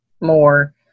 more